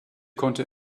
konnte